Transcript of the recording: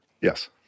Yes